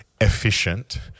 efficient